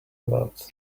about